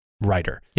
writer